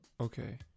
Okay